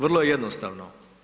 Vrlo je jednostavno.